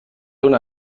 una